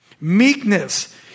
Meekness